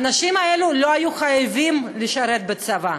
האנשים האלה לא היו חייבים לשרת בצבא,